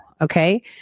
Okay